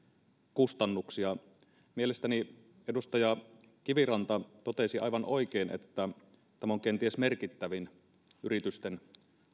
kustannuksia mielestäni edustaja kiviranta totesi aivan oikein että tämä on kenties merkittävin yritysten